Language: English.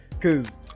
cause